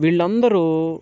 వీళ్ళందరూ